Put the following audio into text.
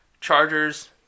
chargers